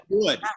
good